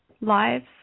lives